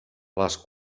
les